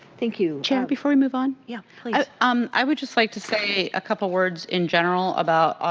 thank you. chair, before we move on. yeah yeah um i would just like to say a couple of words in general about